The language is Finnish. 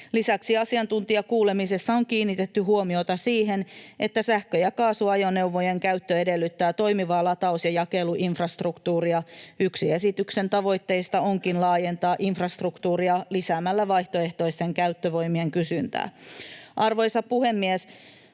Lisäksi asiantuntijakuulemisessa on kiinnitetty huomiota siihen, että sähkö‑ ja kaasuajoneuvojen käyttö edellyttää toimivaa lataus‑ ja jakeluinfrastruktuuria. Yksi esityksen tavoitteista onkin laajentaa infrastruktuuria lisäämällä vaihtoehtoisten käyttövoimien kysyntää. Arvoisa puhemies!